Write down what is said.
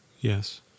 Yes